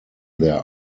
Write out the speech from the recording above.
their